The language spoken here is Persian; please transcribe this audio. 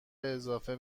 اضافه